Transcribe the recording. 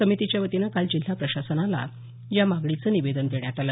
समितीच्या वतीनं काल जिल्हा प्रशासनाला मागणीचं निवेदन देण्यात आलं